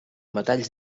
metalls